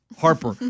Harper